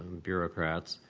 bureaucrats.